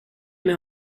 med